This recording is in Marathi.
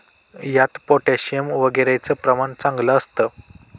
यात पोटॅशियम वगैरेचं प्रमाण चांगलं असतं